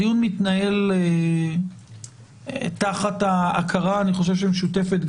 הדיון מתנהל תחת ההכרה שמשותפת,